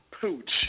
Pooch